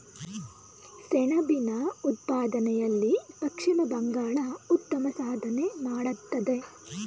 ಸೆಣಬಿನ ಉತ್ಪಾದನೆಯಲ್ಲಿ ಪಶ್ಚಿಮ ಬಂಗಾಳ ಉತ್ತಮ ಸಾಧನೆ ಮಾಡತ್ತದೆ